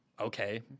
okay